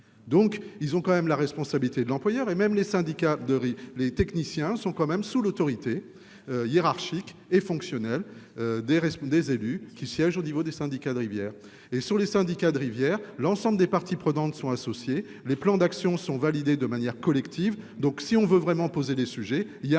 donc ils ont quand même la responsabilité de l'employeur et même les syndicats de riz, les techniciens sont quand même sous l'autorité hiérarchique et fonctionnelle des responsables, des élus qui siègent au niveau des syndicats de rivière et sur les syndicats de rivière, l'ensemble des parties prenantes sont associés les plans d'action sont validés de manière collective, donc si on veut vraiment poser des sujets il y a